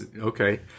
Okay